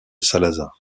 salazar